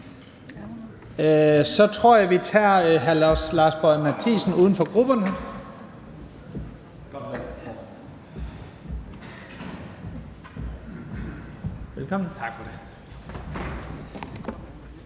jeg tror, vi tager hr. Lars Boje Mathiesen, uden for grupperne.